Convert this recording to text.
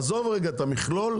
עזוב רגע את המכלול,